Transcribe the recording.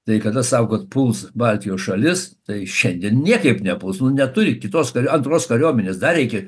tai kada saugot puls baltijos šalis tai šiandien niekaip nepuls nu neturi kitos kar antros kariuomenės dar reikia